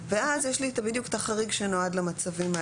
ואז יש לי בדיוק את החריג שנועד למצבים האלה.